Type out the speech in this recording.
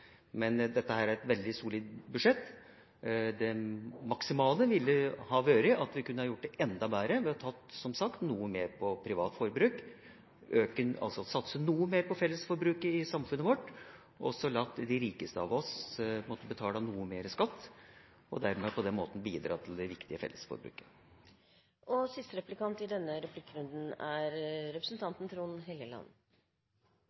men dette er et veldig solid budsjett. Det maksimale ville ha vært at vi kunne ha gjort det enda bedre ved å ta – som sagt – noe mer på privat forbruk, satse noe mer på fellesforbruket i samfunnet vårt og la de rikeste måtte betale noe mer i skatt og dermed bidra til det viktige fellesforbruket. Takk til komitélederen for en mild åpning av debatten. Han prøvde å dra opp en ideologisk grenselinje der ordet privatisering er